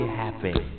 happy